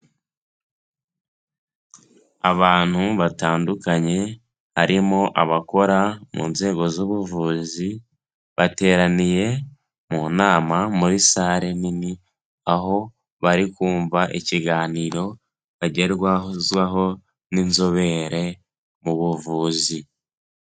Abantu batandukanye, harimo abakora mu nzego z'ubuvuzi, bateraniye mu nama muri sare nini aho bari kumva ikiganiro bagerwazwaho n'inzobere mu buvuzi.